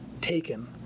taken